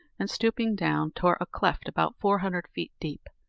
and, stooping down, tore a cleft about four hundred feet deep,